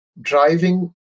driving